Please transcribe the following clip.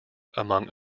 among